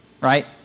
right